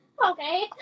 Okay